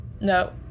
No